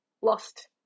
lost